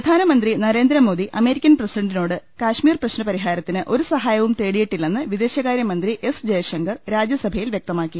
പ്രധാനമന്ത്രി നരേന്ദ്രമോദി അമേരിക്കൻ പ്രസിഡന്റിനോട് കശ്മീർ പ്രശ്നപരിഹാരത്തിന് ഒരു സഹായവും തേടിയിട്ടില്ലെന്ന് വിദേശകാര്യമന്ത്രി എസ് ജയശങ്കർ രാജ്യസഭയിൽ വ്യക്തമാക്കി